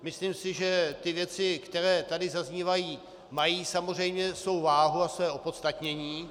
Myslím si, že věci, které tady zaznívají, mají samozřejmě svou váhu a své opodstatnění.